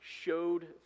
showed